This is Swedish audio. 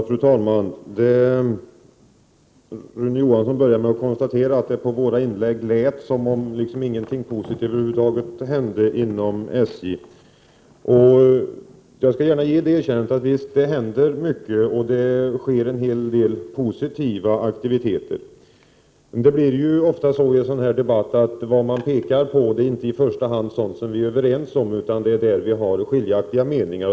Fru talman! Rune Johansson inledde sitt anförande med att säga att det på våra inlägg lät som om vi ansåg att ingenting positivt över huvud taget händer inom SJ. Jag skall gärna ge det erkännandet att det händer mycket och förekommer en hel del positiva aktiviteter. Men det blir ju ofta så i en sådan här debatt att man inte i första hand tar upp sådant som vi är överens om utan i stället frågor där vi har skiljaktiga meningar.